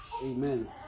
amen